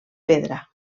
pedra